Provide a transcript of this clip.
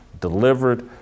delivered